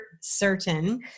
certain